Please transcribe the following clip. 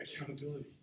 accountability